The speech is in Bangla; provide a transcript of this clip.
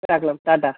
রাখলাম টাটা